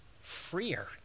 freer